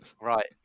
right